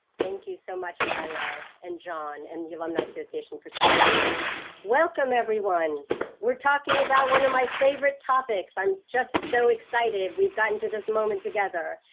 thank you so much mario and john and the alumni association for sponsoring this welcome everyone we're talking about one my favorite topics. i'm just so excited. we've gotten to this moment together,